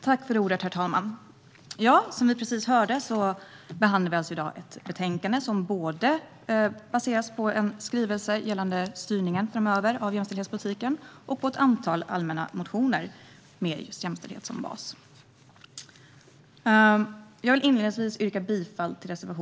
Herr talman! Som vi precis hörde behandlar vi i dag alltså ett betänkande som baseras både på en skrivelse gällande styrningen framöver av jämställdhetspolitiken och på ett antal allmänna motioner med jämställdhet som bas.